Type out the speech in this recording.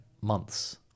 months